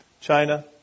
China